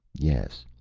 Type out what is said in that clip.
yes,